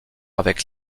avec